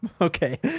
Okay